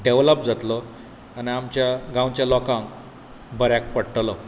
develop जातलो आनी आमच्या गांवच्या लोकांक बऱ्याक पडटलो